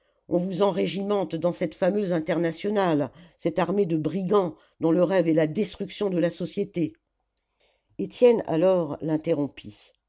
on vous enrégimente dans cette fameuse internationale cette armée de brigands dont le rêve est la destruction de la société étienne alors l'interrompit